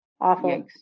Awful